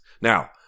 Now